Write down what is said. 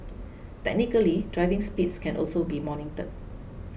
technically driving speeds can also be monitored